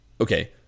okay